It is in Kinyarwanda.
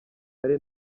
hari